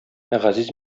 газиз